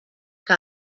que